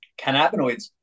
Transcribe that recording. cannabinoids